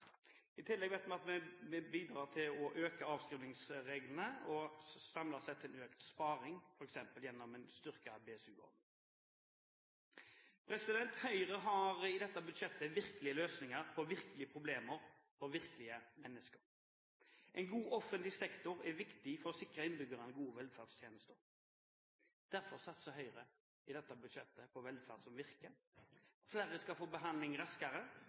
I tillegg bedrer vi avskrivningsreglene og bidrar samlet sett til økt sparing, f.eks. gjennom en styrket BSU-ordning. Høyre har i dette budsjettet virkelige løsninger på virkelige problemer for virkelige mennesker. En god offentlig sektor er viktig for å sikre innbyggerne gode velferdstjenester. Derfor satser Høyre i dette budsjettetforslaget på velferd som virker. Flere skal få behandling raskere,